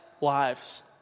lives